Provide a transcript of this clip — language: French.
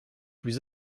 plus